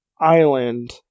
island